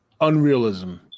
unrealism